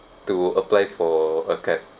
to apply for a card